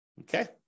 Okay